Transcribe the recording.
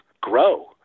grow